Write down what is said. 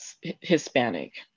Hispanic